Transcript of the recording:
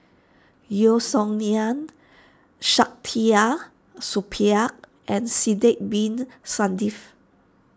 Yeo Song Nian Saktiandi Supaat and Sidek Bin Saniff